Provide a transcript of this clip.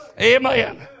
Amen